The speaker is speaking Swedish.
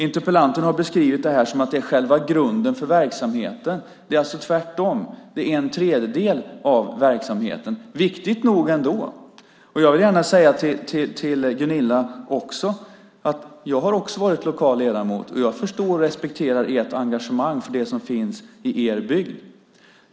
Interpellanten har beskrivit det som att det är själva grunden för verksamheten. Det är alltså tvärtom. Det är en tredjedel av verksamheten - viktig nog ändå! Jag vill gärna säga till Gunilla att jag också har varit lokal ledamot. Jag förstår och respekterar ert engagemang för det som finns i er bygd.